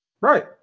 right